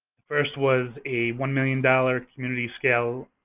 first was a one million dollars community scale